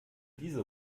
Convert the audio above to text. diese